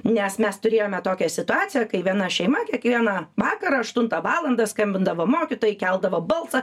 nes mes turėjome tokią situaciją kai viena šeima kiekvieną vakarą aštuntą valandą skambindavo mokytojai keldavo balsą